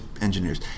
engineers